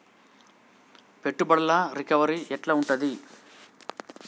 పెట్టుబడుల రికవరీ ఎట్ల ఉంటది?